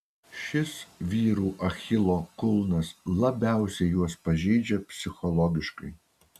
šis vyrų achilo kulnas labiausiai juos pažeidžia psichologiškai